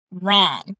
wrong